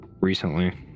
recently